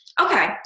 okay